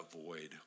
avoid